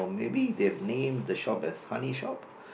maybe they've named the shop as honey shop